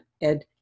Ed